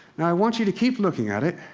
now i want you to keep looking at it.